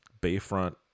Bayfront